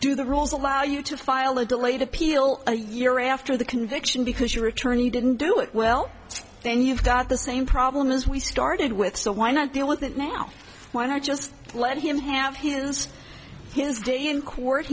do the rules allow you to file a delayed appeal a year after the conviction because your attorney didn't do it well then you've got the same problem as we started with so why not deal with it now why not just let him have his his day in court